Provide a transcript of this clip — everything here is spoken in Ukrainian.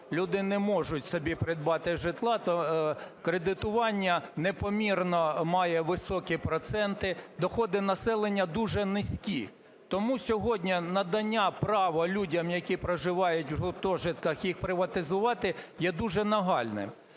люди не можуть собі придбати житло. Кредитування непомірно має високі проценти, доходи населення дуже низькі. Тому сьогодні надання права людям, які проживають в гуртожитках, їх приватизувати, є дуже нагальним.